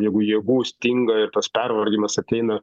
nu jeigu jėgų stinga ir tas pervargimas ateina